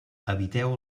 eviteu